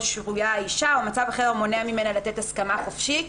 שרויה האישה או מצב אחר המונע ממנה לתת הסכמה חופשית.